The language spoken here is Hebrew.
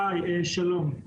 שלום,